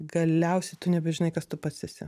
galiausiai tu nebežinai kas tu pats esi